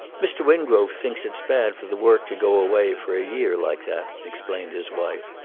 mr. wingrove thinks it's bad for the work to go away for a year like that, explained his wife.